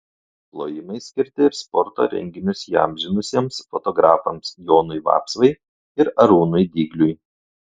plojimai skirti ir sporto renginius įamžinusiems fotografams jonui vapsvai ir arūnui dygliui